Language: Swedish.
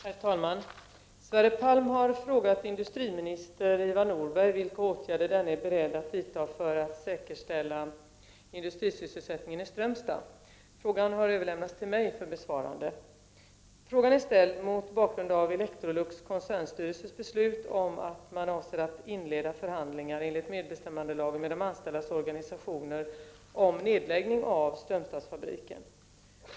Herr talman! Sverre Palm har frågat industriminister Ivar Nordberg vilka åtgärder denne är beredd att vidta för att säkerställa industrisysselsättningen i Strömstad. Frågan har överlämnats till mig för besvarande. Frågan är ställd mot bakgrund av Electrolux koncernstyrelses beslut att man avser att inleda förhandlingar enligt medbestämmandelagen med de anställdas organisationer om nedläggning av Strömstadsfabriken.